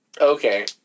okay